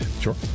Sure